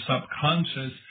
subconscious